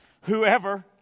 whoever